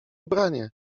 ubranie